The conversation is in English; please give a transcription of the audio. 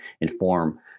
inform